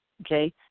okay